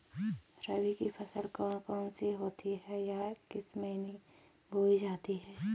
रबी की फसल कौन कौन सी होती हैं या किस महीने में बोई जाती हैं?